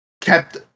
kept